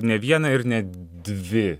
ne vieną ir ne dvi